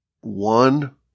one